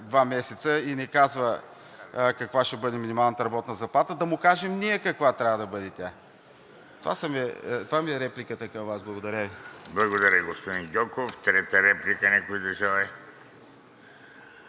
два месеца и не казва каква ще бъде минималната работна заплата. Да му кажем ние каква трябва да бъде тя. Това ми е репликата към Вас. Благодаря Ви. ПРЕДСЕДАТЕЛ ВЕЖДИ РАШИДОВ: Благодаря, господин Гьоков. Трета реплика някой да желае?